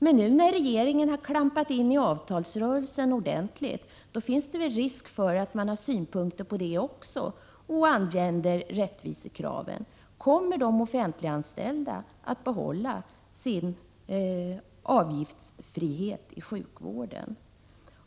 Men när regeringen nu har klampat in ordentligt i avtalsrörelsen, finns det väl risk för att man har synpunkter på detta också och kommer med rättvisekrav. Kommer de offentliganställda att få behålla sin avgiftsfria sjukvård?